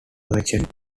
merchant